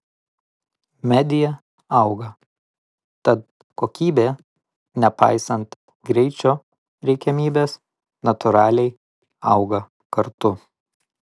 media auga tad kokybė nepaisant greičio reikiamybės natūraliai auga kartu